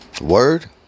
Word